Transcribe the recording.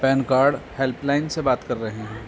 pain card helpline سے بات کر رہے ہیں